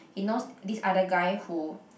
he knows this other guy who